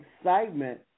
excitement